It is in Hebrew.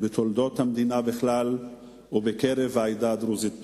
בתולדות המדינה בכלל ובקרב העדה הדרוזית בפרט.